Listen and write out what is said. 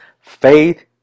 faith